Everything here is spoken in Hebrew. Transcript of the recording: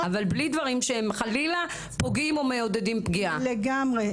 אבל בלי דברים שחלילה פוגעים או